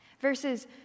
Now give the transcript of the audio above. Verses